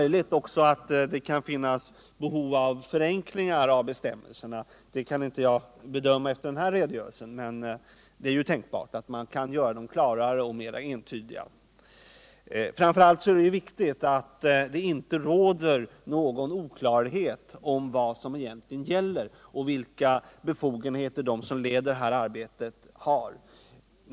Jag kan efter den nu lämnade redogörelsen inte bedöma om det också finns behov av förenklingar av bestämmelserna, men det är tänkbart att de kan göras klarare och mera entydiga. Framför allt är det viktigt att det inte råder någon oklarhet om vad som egentligen gäller och vilka befogenheter de som leder detta arbete egentligen har.